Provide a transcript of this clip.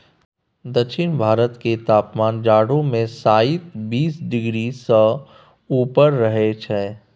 दक्षिण भारत केर तापमान जाढ़ो मे शाइत बीस डिग्री सँ ऊपर रहइ छै